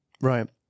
Right